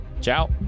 Ciao